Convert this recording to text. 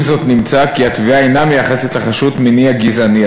עם זאת נמצא כי התביעה אינה מייחסת לחשוד מניע גזעני.